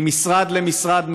ממשרד למשרד,